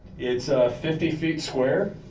it's fifty feet square.